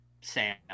Sam